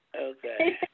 Okay